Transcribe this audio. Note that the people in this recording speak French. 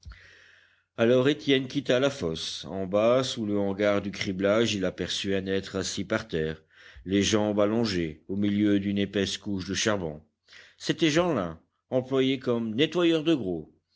alors étienne quitta la fosse en bas sous le hangar du criblage il aperçut un être assis par terre les jambes allongées au milieu d'une épaisse couche de charbon c'était jeanlin employé comme nettoyeur de gros